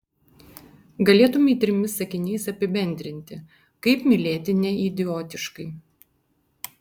galėtumei trimis sakiniais apibendrinti kaip mylėti neidiotiškai